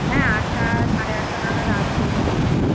হ্যাঁ আটটা সাড়ে আটটা নাগাদ আসবেন কিন্তু